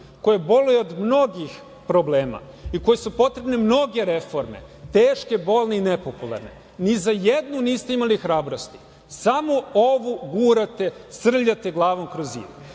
koje boluje od mnogih problema i kojoj su potrebne mnoge reforme, teške, bolne i nepopularne, ni za jednu niste imali hrabrosti, samo ovu gurate, srljate glavom kroz